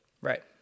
Right